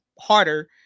harder